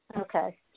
Okay